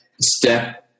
step